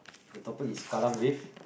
the topic is kallang Wave